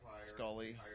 Scully